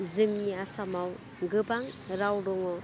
जोंनि आसामाव गोबां राव दङ